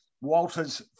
Walters